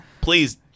Please